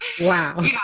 Wow